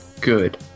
good